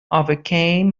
overcame